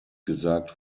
gesagt